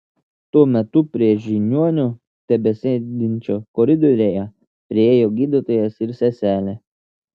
tuo metu prie žiniuonio tebesėdinčio koridoriuje priėjo gydytojas ir seselė